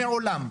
מעולם.